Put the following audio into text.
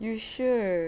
you sure